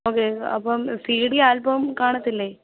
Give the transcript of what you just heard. okay അപ്പം C D ആല്ബവും കാണില്ലേ